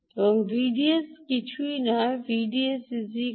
এবং Vds কী এটি কিছুই নয় তবে VDSV